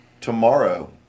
tomorrow